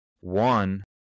One